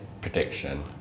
prediction